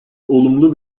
olumlu